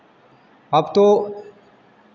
अब तो